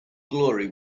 glory